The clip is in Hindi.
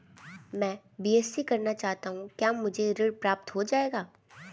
मैं बीएससी करना चाहता हूँ क्या मुझे ऋण प्राप्त हो जाएगा?